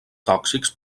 tòxics